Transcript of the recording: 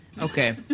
Okay